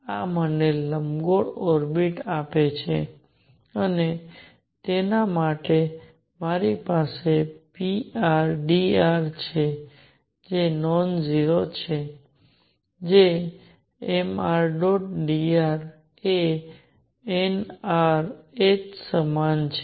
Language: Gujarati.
તેથી આ મને લંબગોળ ઓર્બિટ્સ આપે છે અને તેના માટે મારી પાસે prdr છે જે નોન 0 છે જે mrdr એ nrh સમાન છે